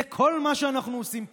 זה כל מה שאנחנו עושים פה.